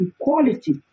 equality